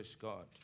God